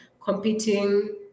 competing